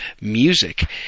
music